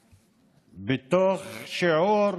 שמואלי בתוך שיעור,